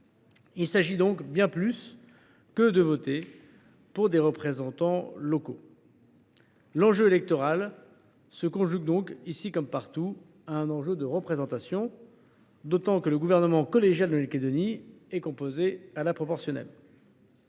Il s’agit donc de bien plus que de simplement voter pour des représentants locaux. L’enjeu électoral se conjugue, ici comme partout, à un enjeu de représentation, d’autant que le gouvernement collégial de la Nouvelle Calédonie est composé à la proportionnelle.